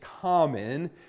common